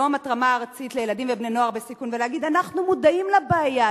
יום התרמה ארצי לילדים ובני-נוער בסיכון: אנחנו מודעים לבעיה.